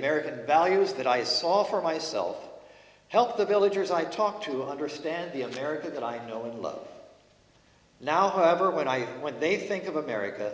american values that i saw for myself help the villagers i talk to understand the america that i know and love now however when i when they think of america